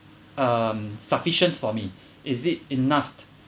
um sufficient for me is it enough